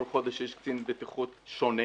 שכל חודש יש קצין בטיחות שונה